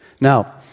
Now